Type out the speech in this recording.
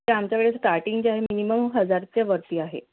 आमच्याकडे स्टार्टिंग जे आहे मिनिमम हजारच्या वरती आहे